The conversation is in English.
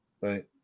Right